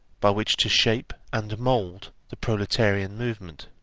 by which to shape and mould the proletarian movement.